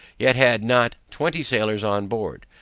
yet had not twenty sailors on board,